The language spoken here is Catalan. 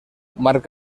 marc